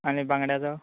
आनी बांगड्याचो